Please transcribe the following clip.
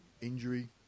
injury